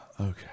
Okay